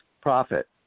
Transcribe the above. profit